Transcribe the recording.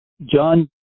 John